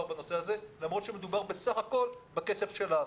בנושא הזה למרות שמדובר בסך הכול בכסף שלנו.